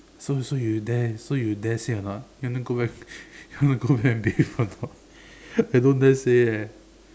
so so you dare so you dare say or not you want to go back you want to go back and bathe or not I don't dare say eh